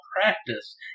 practice